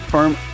Farm